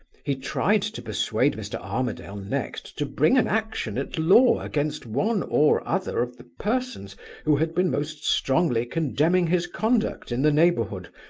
he tried to persuade mr. armadale next to bring an action at law against one or other of the persons who had been most strongly condemning his conduct in the neighborhood,